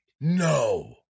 No